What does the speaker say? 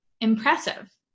impressive